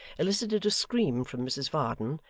elicited a scream from mrs varden,